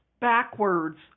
backwards